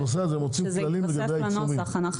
הנושא הזה כללים לגבי העיצומים.